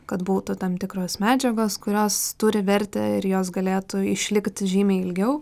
kad būtų tam tikros medžiagos kurios turi vertę ir jos galėtų išlikt žymiai ilgiau